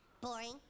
Boring